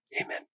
Amen